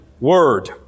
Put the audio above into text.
word